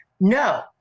no